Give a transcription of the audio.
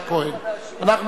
אין מתנגדים, אין נמנעים.